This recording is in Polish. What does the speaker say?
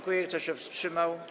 Kto się wstrzymał?